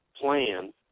plan